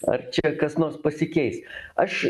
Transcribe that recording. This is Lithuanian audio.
ar čia kas nors pasikeis aš